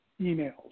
emails